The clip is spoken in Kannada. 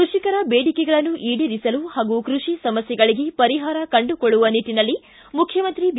ಕೃಷಿಕರ ಬೇಡಿಕೆಗಳನ್ನು ಈಡೇರಿಸಲು ಹಾಗೂ ಕೃಷಿ ಸಮಸ್ಥೆಗಳಿಗೆ ಪರಿಹಾರ ಕಂಡುಕೊಳ್ಳುವ ನಿಟ್ಟನಲ್ಲಿ ಮುಖ್ಯಮಂತ್ರಿ ಬಿ